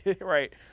Right